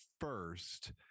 first